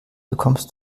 bekommst